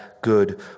good